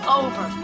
over